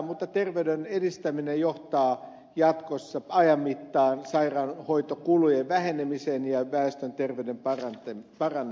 mutta terveyden edistäminen johtaa jatkossa ajan mittaan sairaanhoitokulujen vähenemiseen ja väestön terveyden paranemiseen